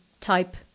type